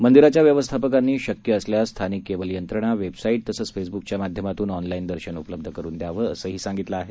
मंदिराच्या व्यवस्थापनांनी शक्य असल्यास स्थानिक केबल यंत्रणा वेबसाईट तसंच फेसब्कच्या माध्यमातून ऑनलाईन दर्शन उपलब्ध करून दयावं असंही सांगितलं आहे